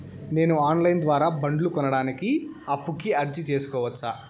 నేను online ద్వారా బండ్లు కొనడానికి అప్పుకి అర్జీ సేసుకోవచ్చా?